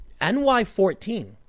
NY14